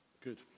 Good